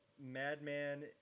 Madman